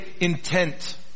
intent